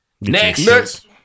Next